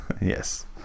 Yes